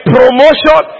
Promotion